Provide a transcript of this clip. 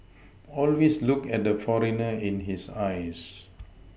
always look at the foreigner in his eyes